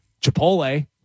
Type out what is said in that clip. Chipotle